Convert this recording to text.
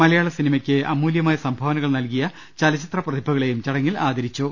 മലയാള സിനിമയ്ക്ക് അമൂല്യമായ സംഭാവനകൾ നൽകിയ ചലച്ചിത്ര പ്രതിഭകളെയും ചടങ്ങിൽ ആദരിച്ചു